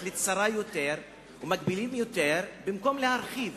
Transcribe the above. לצרים יותר ומגבילים יותר במקום להרחיב.